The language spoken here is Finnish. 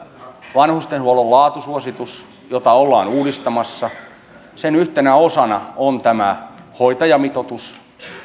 vanhustenhuollon laatusuosituksen jota ollaan uudistamassa yhtenä osana on tämä hoitajamitoitus